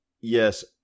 Yes